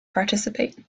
participate